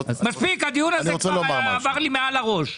מספיק, הדיון הזה כבר עבר לי מעל הראש.